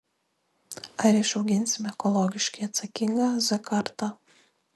ar išauginsime ekologiškai atsakingą z kartą